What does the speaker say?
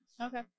Okay